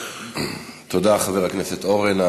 תודה, חבר הכנסת אורן.